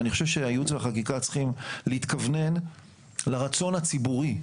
אני חושב שייעוץ וחקיקה צריכים להתכוונן לרצון הציבורי.